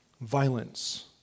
violence